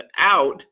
out